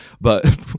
but-